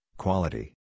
Quality